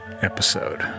episode